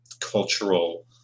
cultural